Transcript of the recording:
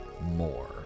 more